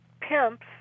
pimps